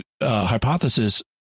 hypothesis